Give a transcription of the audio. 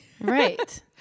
Right